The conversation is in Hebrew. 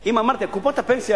את קופות הפנסיה,